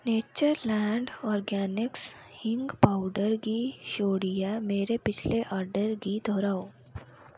Natureland Organics हिंग powder गी छोड़ियै मेरे पिछले ऑर्डर गी दहराओ